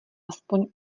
aspoň